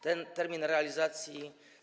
Ten termin realizacji.